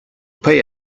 pay